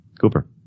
Cooper